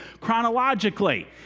chronologically